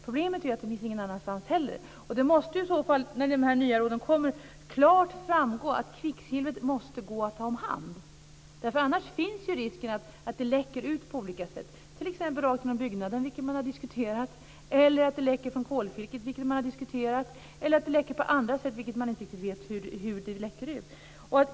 Problemet är att det inte finns någon annanstans heller. När de nya råden kommer måste det klart framgå att kvicksilvret måste gå att ta om hand. Annars finns risken att det läcker ut på olika sätt, t.ex. rakt genom byggnaden eller från kolfiltret, vilket man har diskuterat, eller på andra sätt där man inte riktigt vet hur det går till.